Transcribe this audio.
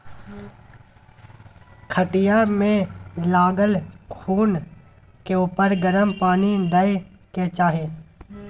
खटिया मे लागल घून के उपर गरम पानि दय के चाही